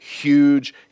huge